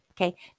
Okay